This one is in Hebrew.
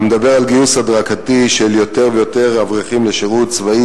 אני מדבר על גיוס הדרגתי של יותר ויותר אברכים לשירות צבאי,